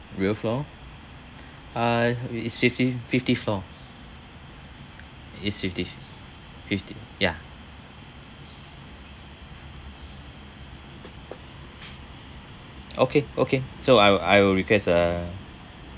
real floor uh is fifty fifty floor is fifty fifty ya okay okay so I will I will request a